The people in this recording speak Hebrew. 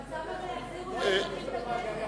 המצב הזה יחזיר אולי לאזרחים את הכסף.